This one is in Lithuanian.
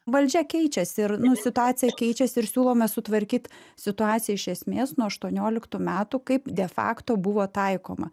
valdžia keičiasi ir nu situacija keičiasi ir siūlome sutvarkyt situaciją iš esmės nuo aštuonioliktų metų kaip defakto buvo taikoma